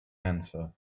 answer